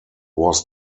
was